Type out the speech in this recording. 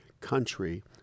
country